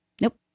Nope